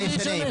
מה ישנה?